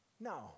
No